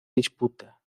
disputa